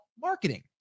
marketing